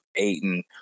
Aiden